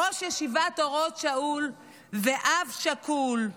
ראש ישיבת אורות שאול ואב שכול.